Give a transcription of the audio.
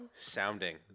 Sounding